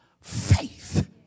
faith